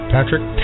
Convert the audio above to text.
Patrick